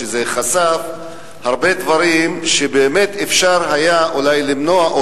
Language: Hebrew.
וזה חשף הרבה דברים שבאמת אפשר היה אולי למנוע או